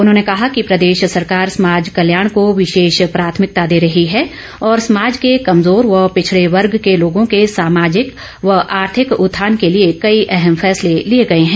उन्होंने कहा कि प्रदेश सरकार समाज कल्याण को विशेष प्राथमिकता दे रही है और समाज के कमजोर व पिछड़े वर्ग के लोगों के सामाजिक व आर्थिक उत्थान के लिए कई अहम फैसले लिए गए हैं